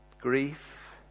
grief